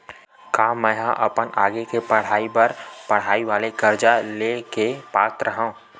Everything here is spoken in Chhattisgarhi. का मेंहा अपन आगे के पढई बर पढई वाले कर्जा ले के पात्र हव?